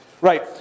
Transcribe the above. Right